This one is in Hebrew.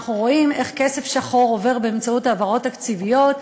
ואנחנו רואים איך כסף שחור עובר באמצעות העברות תקציביות,